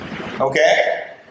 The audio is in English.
Okay